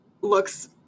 looks